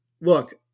Look